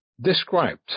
described